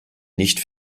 nicht